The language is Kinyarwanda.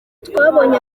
twabonye